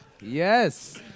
Yes